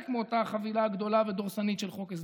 מאותה חבילה גדולה ודורסנית של חוק הסדרים.